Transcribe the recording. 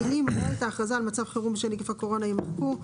המילים "או את ההכרזה על מצב חירום בשל נגיף הקורונה" יימחקו,